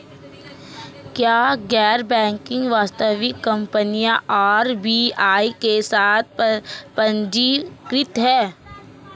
क्या गैर बैंकिंग वित्तीय कंपनियां आर.बी.आई के साथ पंजीकृत हैं?